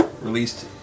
released